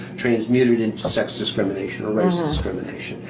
transmuted into sex discrimination or race discrimination.